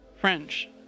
French